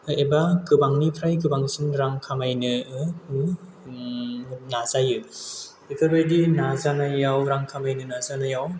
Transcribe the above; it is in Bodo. एबा गोबांनिफ्राय गोबांसिन रां खामायनो नाजायो बेफोरबायदि नाजानायाव रां खामायनो नाजानायाव